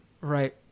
Right